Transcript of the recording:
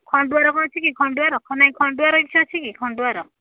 ଖଣ୍ଡୁଆର କ'ଣ ଅଛି କି ଖଣ୍ଡୁଆର ନାଇଁ ଖଣ୍ଡୁଆର କିଛି ଅଛି କି ଖଣ୍ଡୁଆର